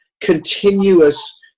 continuous